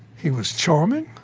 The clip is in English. he was charming,